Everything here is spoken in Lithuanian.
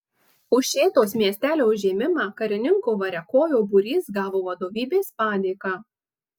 už šėtos miestelio užėmimą karininko variakojo būrys gavo vadovybės padėką